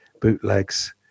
bootlegs